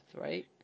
right